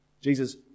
Jesus